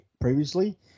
previously